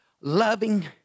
loving